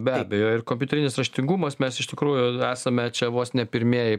be abejo ir kompiuterinis raštingumas mes iš tikrųjų esame čia vos ne pirmieji